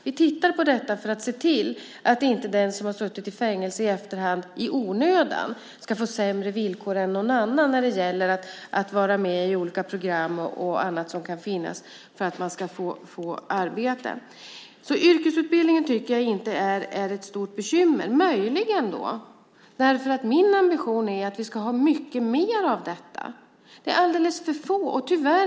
Vi tittar på detta för att se till att inte den som har suttit i fängelse i efterhand i onödan ska få sämre villkor än någon annan när det gäller att vara med i olika program och så vidare för att få arbete. Jag tycker inte att yrkesutbildningen är något stort bekymmer. Möjligen kan den vara det i och med att min ambition är att vi ska ha mycket mer av detta. Det är alldeles för få som berörs.